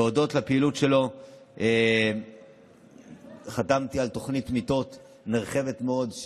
הודות לפעילות שלו חתמתי על תוכנית מיטות נרחבת מאוד,